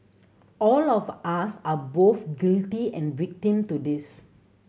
all of us are both guilty and victim to this